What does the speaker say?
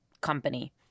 company